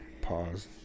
Pause